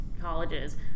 colleges